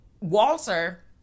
Walter